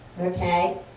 Okay